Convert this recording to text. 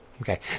Okay